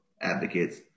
advocates